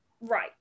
right